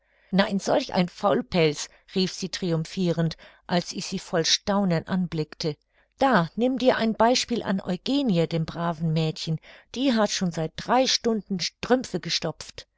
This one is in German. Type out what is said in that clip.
nein solch ein faulpelz rief sie triumphirend als ich sie voll staunen anblickte da nimm dir ein beispiel an eugenie dem braven mädchen die hat schon seit drei stunden strümpfe gestopft